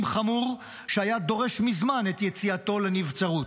חמור שהיה דורש מזמן את יציאתו לנבצרות.